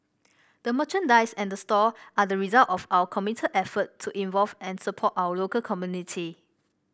the merchandise and the store are the result of our committed effort to involve and support our local community